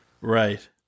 Right